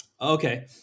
Okay